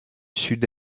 sud